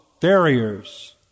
barriers